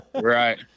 Right